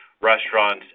restaurants